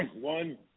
One